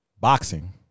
Boxing